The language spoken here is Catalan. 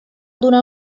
donar